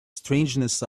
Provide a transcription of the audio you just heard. strangeness